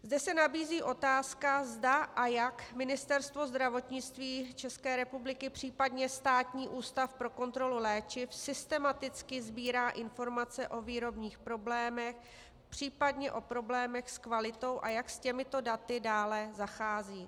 Zde se nabízí otázka, zda a jak Ministerstvo zdravotnictví České republiky, případně Státní ústav pro kontrolu léčiv, systematicky sbírá informace o výrobních problémech, případně o problémech s kvalitou, a jak s těmito daty dále zachází.